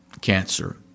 cancer